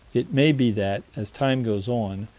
it may be that, as time goes on,